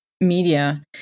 media